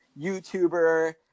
youtuber